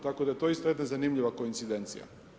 Tako da je to isto jedna zanimljiva koincidencija.